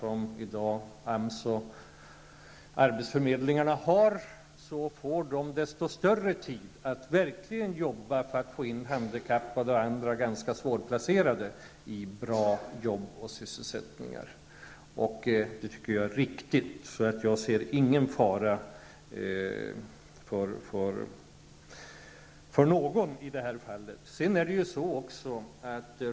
och arbetsförmedlingarna har i dag, får de desto mer tid att verkligen arbeta för att få in handikappade och andra ganska svårplacerade i bra arbeten och sysselsättningar. Jag tycker att det är riktigt, och jag ser ingen fara för någon i det fallet.